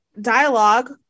dialogue